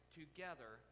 together